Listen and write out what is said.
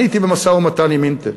אני הייתי במשא-ומתן עם "אינטל",